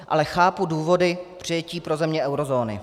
Ale chápu důvody k přijetí pro země eurozóny.